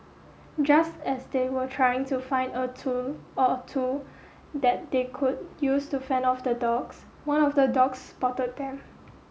just as they were trying to find a tool or two that they could use to fend off the dogs one of the dogs spotted them